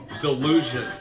delusion